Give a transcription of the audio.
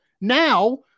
now